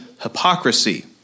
hypocrisy